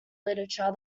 literature